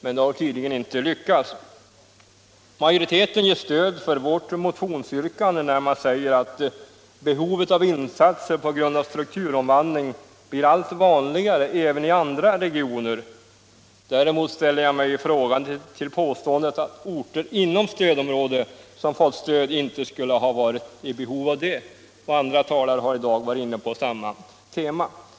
Men det har tydligen inte lyckats. Majoriteten ger stöd åt vårt motionsyrkande, när den säger att behovet av insatser på grund av strukturomvandling blir allt vanligare även i andra regioner. Däremot ställer jag mig frågande till påståendet, att orter inom stödområdet som fått stöd inte skulle ha varit i behov av det. Andra talare har varit inne på samma tema tidigare i dag.